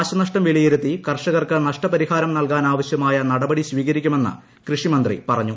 നാശനഷ്ടം വിലയിരുത്തി കർഷകർക്ക് നഷ്ട പരിഹാരം നൽകാനാവശ്യമായ നടപടി സ്വീകരിക്കുമെന്ന് കൃഷിമന്ത്രി പറഞ്ഞു